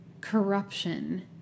corruption